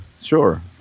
Sure